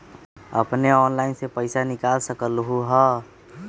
अपने ऑनलाइन से पईसा निकाल सकलहु ह?